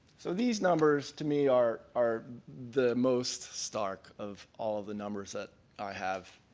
so these numbers to me are are the most stark of all of the numbers that i have,